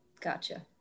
Gotcha